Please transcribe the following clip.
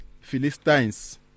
Philistines